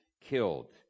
killed